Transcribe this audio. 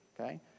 okay